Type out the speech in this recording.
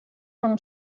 from